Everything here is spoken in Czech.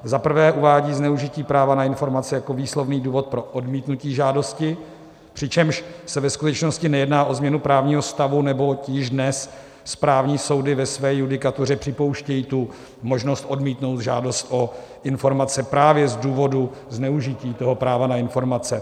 Za prvé uvádí zneužití práva na informace jako výslovný důvod pro odmítnutí žádosti, přičemž se ve skutečnosti nejedná o změnu právního stavu, neboť již dnes správní soudy ve své judikatuře připouštějí možnost odmítnout žádost o informace právě z důvodu zneužití práva na informace.